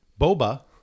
Boba